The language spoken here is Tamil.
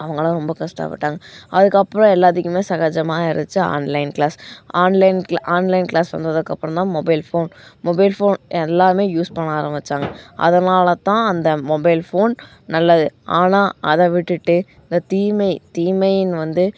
அவங்கள்லாம் ரொம்ப கஷ்டப்பட்டாங்க அதுக்கப்புறம் எல்லாத்துக்குமே சகஜமாக ஆயிடுச்சு ஆன்லைன் கிளாஸ் ஆன்லைன் கிளே ஆன்லைன் கிளாஸ் வந்ததுக்கப்புறந்தான் மொபைல் ஃபோன் மொபைல் ஃபோன் எல்லாமே யூஸ் பண்ண ஆரம்மிச்சாங்க அதனால்தான் அந்த மொபைல் ஃபோன் நல்லது ஆனால் அதை விட்டுவிட்டு இந்த தீமை தீமையின் வந்து